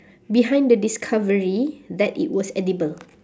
behind the discovery that it was edible